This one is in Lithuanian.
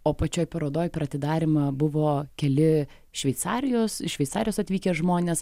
o pačioj parodoj per atidarymą buvo keli šveicarijos iš šveicarijos atvykę žmonės